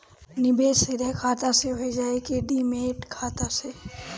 निवेश सीधे खाता से होजाई कि डिमेट खाता से?